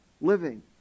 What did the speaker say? living